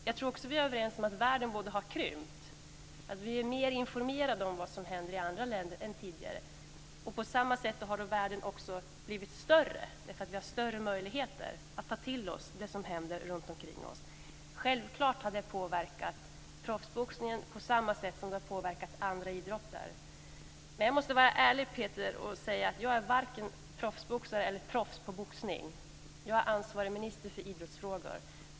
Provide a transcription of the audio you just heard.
Jag tror också att vi är överens om att världen har krympt. Vi är mer informerade om vad som händer i andra länder än tidigare. På samma sätt har världen blivit större. Vi har större möjligheter att ta till oss det som händer runtomkring oss. Självklart har det påverkat proffsboxningen på samma sätt som det har påverkat andra idrotter. Jag måste vara ärlig, Peter Pedersen. Jag är varken proffsboxare eller proffs på boxning. Jag är ansvarig minister för idrottsfrågor.